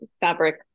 fabric